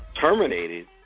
Terminated